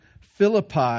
Philippi